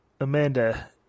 Amanda